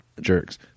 jerks